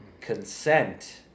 Consent